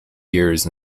years